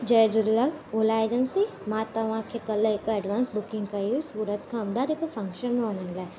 जय Jhulelal Ola agency मां तव्हांखे कल्ह हिक एडवांस बुकिंग कई हुइ सूरत खां अडाजन ते फंक्शन वञण लाइ